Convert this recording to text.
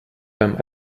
beim